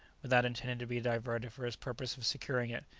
without intending to be diverted from his purpose of securing it.